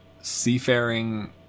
seafaring